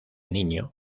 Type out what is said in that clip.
niño